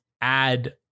add